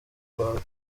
kwa